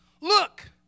look